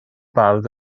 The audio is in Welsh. bardd